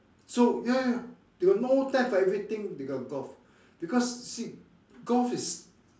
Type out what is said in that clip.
so ya ya they got no time for everything they got golf because see golf is